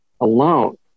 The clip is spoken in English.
alone